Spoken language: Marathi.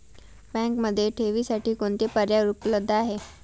बँकेमध्ये ठेवींसाठी कोणते पर्याय उपलब्ध आहेत?